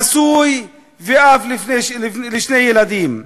נשוי ואב לשני ילדים,